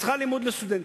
בשכר לימוד לסטודנטים,